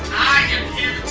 i am here